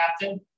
captain